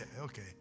okay